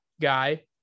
guy